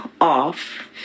off